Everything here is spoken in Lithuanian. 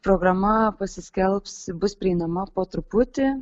programa pasiskelbs bus prieinama po truputį